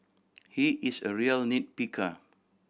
he is a real nit picker